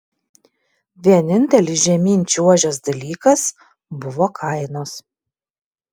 vienintelis žemyn čiuožęs dalykas buvo kainos